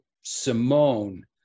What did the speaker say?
Simone